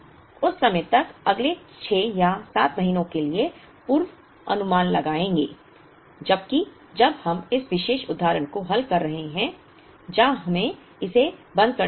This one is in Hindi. लेकिन उस समय तक हम अगले 6 या 7 महीनों के लिए पूर्वानुमान लगाएंगे जबकि जब हम इस विशेष उदाहरण को हल कर रहे हैं जहां हमें इसे बंद करना होगा